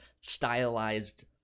stylized